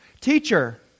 teacher